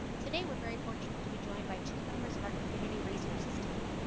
today we're very fortunate to be joined by two members of our community resources team,